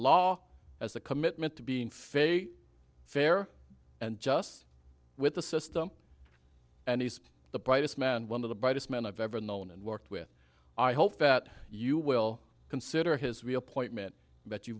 law as a commitment to being faith fair and just with the system and he's the brightest man one of the brightest men i've ever known and worked with i hope that you will consider his reappointment that you